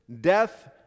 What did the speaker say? death